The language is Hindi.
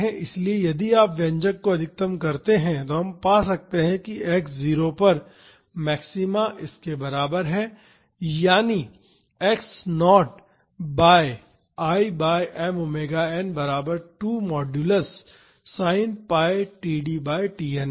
इसलिए यदि आप व्यंजक को अधिकतम करते हैं तो हम पा सकते हैं कि x 0 पर मैक्सिमा इस के बराबर है यानी x 0 by I by m omega n बराबर 2 modulus sin pi td by Tn है